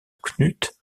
knuth